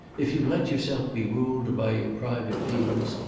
if you let yourself be ruled by your private feelings,